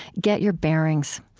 get your bearings.